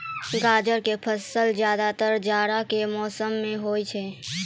गाजर के फसल ज्यादातर जाड़ा के मौसम मॅ होय छै